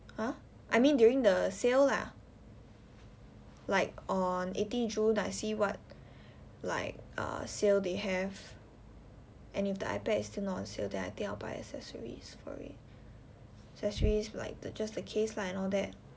!huh! I mean during the sale lah like on eighteen june I see what like uh sale they have and if the ipad is still not on sale then I think I'll buy accessories for it accessories like the just the case lah and all that